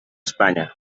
espanya